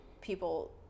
people